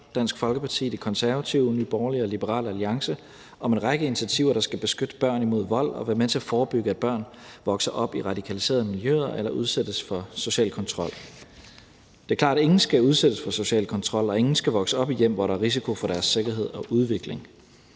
Dansk Folkeparti, De Konservative, Nye Borgerlige og Liberal Alliance om en række initiativer, der skal beskytte børn imod vold og være med til at forebygge, at børn vokser op i radikaliserede miljøer eller udsættes for social kontrol. Det er klart, at ingen skal udsættes for social kontrol, og ingen skal vokse op i et hjem, hvor der er risiko for deres sikkerhed og udvikling,